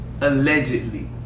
allegedly